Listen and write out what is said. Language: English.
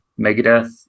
Megadeth